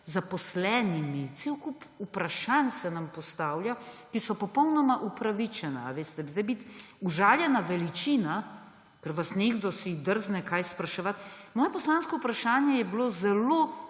zaposlenimi, cel kup vprašanj se nam postavlja, ki so popolnoma upravičena. Veste, zdaj biti užaljena veličina, ker si vas nekdo drzne kaj spraševati. Moje poslansko vprašanje je bilo